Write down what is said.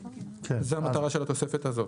זו המטרה של התוספת הזאת.